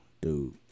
Dude